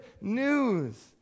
news